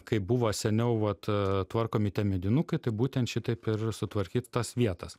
kaip buvo seniau vat tvarkomi tie medinukai taip būtent šitaip ir sutvarkyt tas vietas